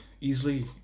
easily